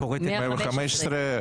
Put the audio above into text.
115,